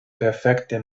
perfekte